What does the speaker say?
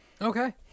Okay